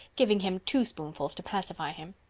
giving him two spoonfuls to pacify him.